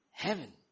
heaven